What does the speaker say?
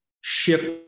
shift